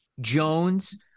Jones